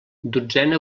dotzena